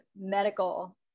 medical